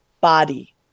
body